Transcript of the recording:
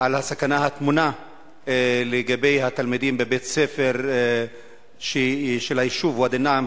על הסכנה הטמונה לתלמידים בבית-ספר של היישוב ואדי-נעם,